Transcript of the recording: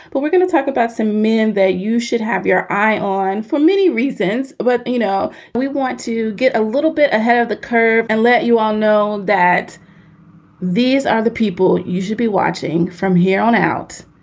but we're going to talk about some men that you should have your eye on for many reasons but, you know, but we want to get a little bit ahead of the curve and let you all know that these are the people you should be watching from here on out.